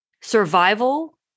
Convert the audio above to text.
survival